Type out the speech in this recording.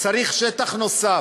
צריך שטח נוסף.